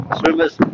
swimmers